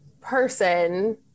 person